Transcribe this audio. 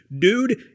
Dude